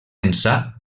ençà